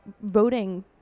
voting